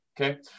Okay